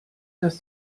dass